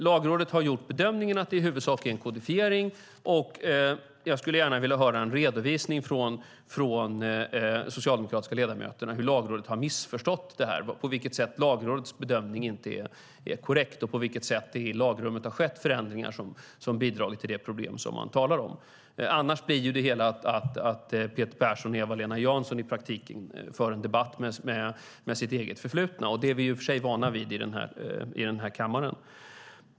Lagrådet har gjort bedömningen att det i huvudsak är en kodifiering, och jag skulle gärna vilja höra en redovisning från de socialdemokratiska ledamöterna om hur Lagrådet har missförstått det här - på vilket sätt Lagrådets bedömning inte är korrekt och på vilket sätt det i lagrummet har skett förändringar som har bidragit till det problem som man talar om. Annars blir det bara att Peter Persson och Eva-Lena Jansson här i praktiken för en debatt med sitt eget förflutna. Det är vi i och för sig vana vid i den här kammaren.